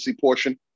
portion